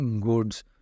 goods